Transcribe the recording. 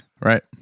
Right